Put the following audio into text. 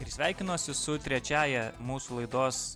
ir sveikinuosi su trečiąja mūsų laidos